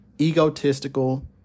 egotistical